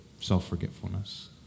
self-forgetfulness